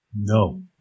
No